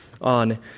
on